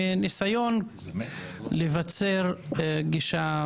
וניסיון לבצר גישה